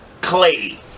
Clay